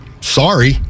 Sorry